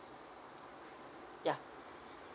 yeah